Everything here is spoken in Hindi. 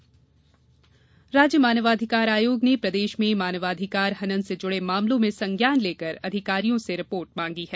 मानवाधिकार आयोग राज्य मानवाधिकार आयोग ने प्रदेश में मानवाधिकार हनन से जुड़े मामलों में संज्ञान लेकर अधिकारियों से रिपोर्ट मांगी है